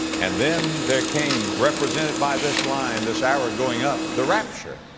and then there came, represented by this line, this arrow going up, the rapture,